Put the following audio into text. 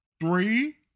three